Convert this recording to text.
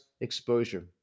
exposure